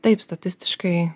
taip statistiškai